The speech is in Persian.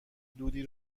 دودی